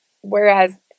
whereas